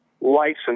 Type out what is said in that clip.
license